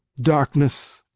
darkness,